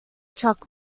truck